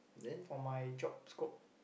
for my job scope